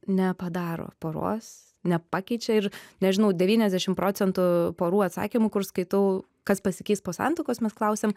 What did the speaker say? nepadaro poros nepakeičia ir nežinau devyniasdešim procentų porų atsakymų kur skaitau kas pasikeis po santuokos mes klausiam